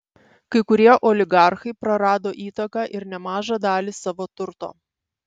kai kurie oligarchai prarado įtaką ir nemažą dalį savo turto